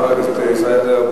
חבר הכנסת ישראל אייכלר,